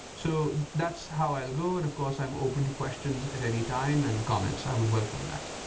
so that's how i'll go, and of course i'm open to questions at any time and comments. i would welcome that.